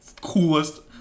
coolest